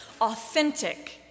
authentic